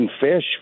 fish